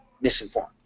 misinformed